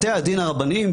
בתי הדין הרבניים,